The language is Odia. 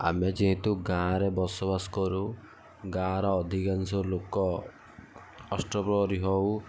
ଆମେ ଯେହେତୁ ଗାଁରେ ବସବାସ କରୁ ଗାଁର ଅଧିକାଂଶ ଲୋକ ଅଷ୍ଟପ୍ରହରୀ ହଉ